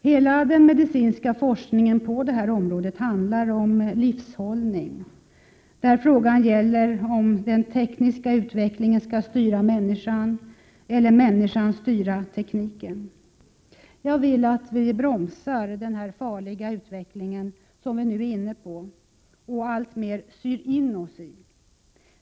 Hela den medicinska forskningen på detta område handlar om livshållning, där frågan gäller om den tekniska utvecklingen skall styra människan eller om människan skall styra tekniken. Jag vill att vi bromsar denna farliga utveckling som vi nu är inne i och alltmer syr in oss i.